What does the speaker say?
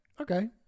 Okay